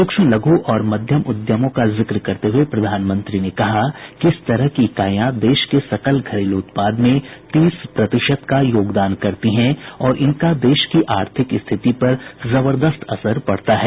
सूक्ष्म लघु और मध्यम उद्यमों का जिक्र करते हुए प्रधानमंत्री ने कहा कि इस तरह की इकाइयां देश के सकल घरेलू उत्पाद में तीस प्रतिशत का योगदान करती हैं और इनका देश की आर्थिक स्थिति पर जबर्दस्त असर पड़ता है